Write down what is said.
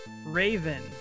Raven